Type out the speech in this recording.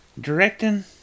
directing